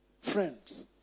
friends